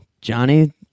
Johnny